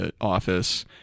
office